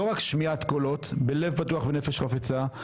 לא רק שמיעת קולות בלב פתוח ונפש חפצה,